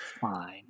fine